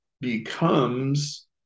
becomes